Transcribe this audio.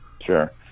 sure